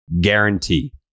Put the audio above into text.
guarantee